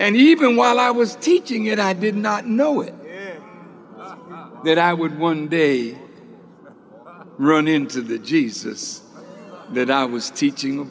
and even while i was teaching it i did not know it that i would one day run into the jesus that i was teaching